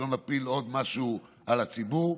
שלא נפיל עוד משהו על הציבור,